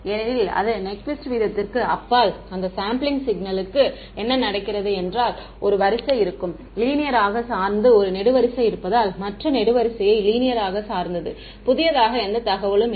ஏனெனில் அதன் நிக்விஸ்ட் வீதத்திற்கு அப்பால் அந்த செம்ப்ளிங் சிக்னலுக்கு என்ன நடக்கிறது என்றால் ஒரு வரிசை இருக்கும் லீனியராக சார்ந்து ஒரு நெடுவரிசை இருப்பதால் மற்ற நெடுவரிசையை லீனியராக சார்ந்தது புதியதாக எந்த தகவலும் இல்லை